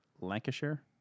Lancashire